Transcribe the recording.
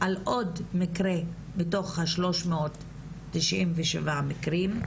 על עוד מקרה בתוך ה-397 מקרים,